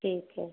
ठीक है